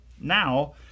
Now